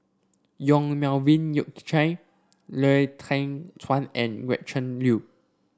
Yong Melvin Yik Chye Lau Teng Chuan and Gretchen Liu